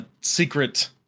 secret